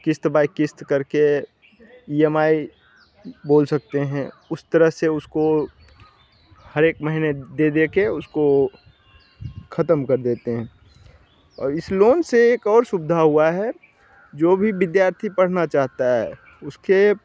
किस्त बाई किस्त करके ई एम आई बोल सकते हैं उस तरह से उसको हर एक महीने दे दे के उसको खत्म कर देते हैं और इस लोन से एक और सुविधा हुआ है जो भी विद्यार्थी पढ़ना चाहता है उसके